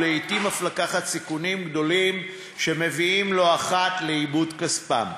ולעתים אף לקחת סיכונים גדולים שמביאים לא אחת לאיבוד כספם.